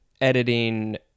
editing